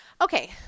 Okay